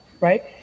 right